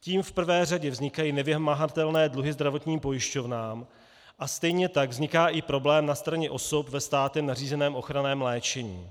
Tím v prvé řadě vznikají nevymahatelné dluhy zdravotním pojišťovnám a stejně tak vzniká i problém na straně osob ve státem nařízeném ochranném léčení.